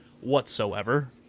whatsoever